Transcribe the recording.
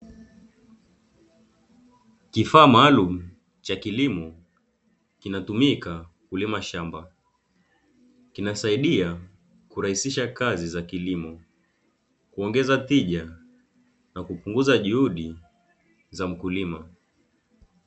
Kifaa maalumu cha kilimo kinatumika kulima shamba kinasaidia kurahisisha kazi za kilimo, kuongeza tija na kupunguza juhudi za mkulima.